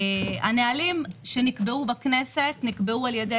הנהלים שנקבעו בכנסת נקבעו על-ידי